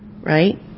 right